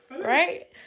right